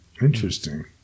Interesting